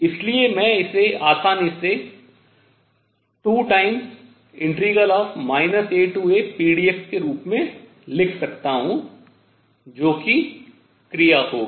इसलिए मैं इसे आसानी से 2 AApdx के रूप में लिख सकता हूँ जो कि क्रिया होगी